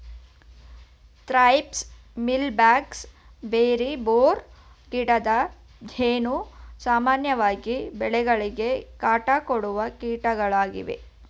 thrips, mealy bugs, berry borer, ಗಿಡದ ಹೇನು, ಸಾಮಾನ್ಯವಾಗಿ ಬೆಳೆಗಳಿಗೆ ಕಾಟ ಕೊಡುವ ಕೀಟಗಳಾಗಿವೆ